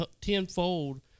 tenfold